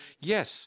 Yes